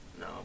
No